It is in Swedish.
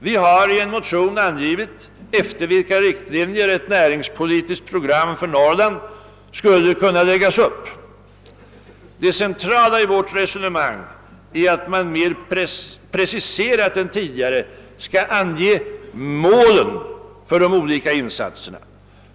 Vi har i en motion angivit efter vilka riktlinjer ett näringspolitiskt program för Norrland skulle kunna läggas upp. Det centrala i vårt resonemang är att man mer preciserat än tidigare skall ange målen för de olika insatserna.